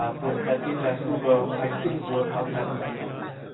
ah was that in vancouver, i couldn't work outside of my campus.